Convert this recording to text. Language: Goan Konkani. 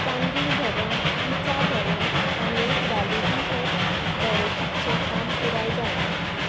चांदील धरण इचा धरण आनी गालुडीह बरेजीचें काम पुराय जालां